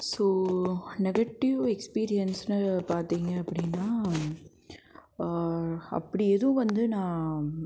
so negative எக்ஸ்பீரியன்ஸ்னு பார்த்தீங்கள் அப்படின்னா அப்படி எதுவும் வந்து நான்